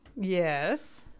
Yes